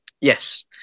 Yes